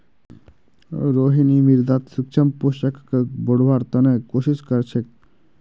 रोहिणी मृदात सूक्ष्म पोषकक बढ़व्वार त न कोशिश क र छेक